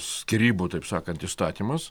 skyrybų taip sakant įstatymas